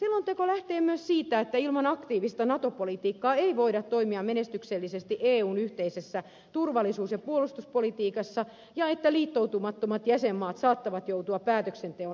selonteko lähtee myös siitä että ilman aktiivista nato politiikkaa ei voida toimia menestyksellisesti eun yhteisessä turvallisuus ja puolustuspolitiikassa ja että liittoutumattomat jäsenmaat saattavat joutua päätöksenteon ulkokehälle